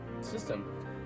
system